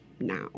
now